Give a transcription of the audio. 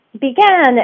began